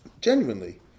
genuinely